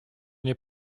nie